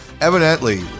Evidently